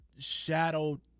Shadow